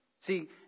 See